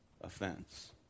offense